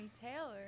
Taylor